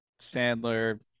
Sandler